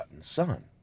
son